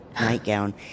nightgown